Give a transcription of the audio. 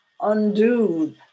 undo